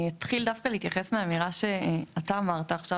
אני אתחיל דווקא להתייחס לאמירה שאתה אמרת עכשיו,